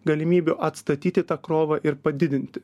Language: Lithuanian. galimybių atstatyti tą krovą ir padidinti